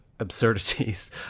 absurdities